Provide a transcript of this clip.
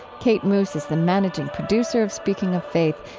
kate moos is the managing producer of speaking of faith.